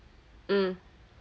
mm